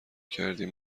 کردیم